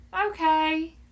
Okay